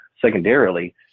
Secondarily